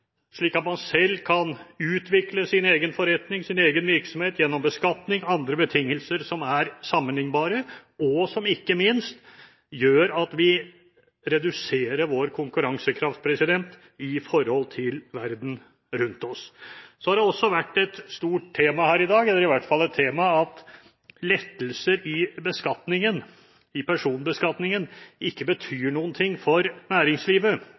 slik at man selv kan utvikle sin egen forretning, sin egen virksomhet – gjennom beskatning og andre betingelser som er sammenliknbare, og som ikke minst gjør at vi ikke reduserer vår konkurransekraft i forhold til verden rundt oss. Så har det også vært et tema her i dag at lettelser i personbeskatningen ikke betyr noe for næringslivet. Det hevder komitélederen og flere andre. Men kapitalbeskatningen er jo helt avgjørende for